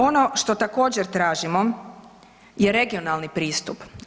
Ono što također tražimo je regionalni pristup.